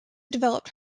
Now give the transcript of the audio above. developed